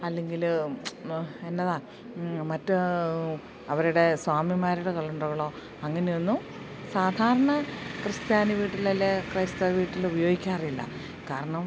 അല്ലെങ്കിൽ എന്നതാണ് മറ്റ് അവരുടെ സ്വാമിമാരുടെ കലണ്ടറുകളോ അങ്ങനെയൊന്നും സാധാരണ ക്രിസ്ത്യാനി വീട്ടിലല്ലേ ക്രൈസ്തവ വീട്ടിൽ ഉപയോഗിക്കാറില്ല കാരണം